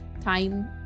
time